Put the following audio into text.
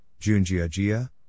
Junjiajia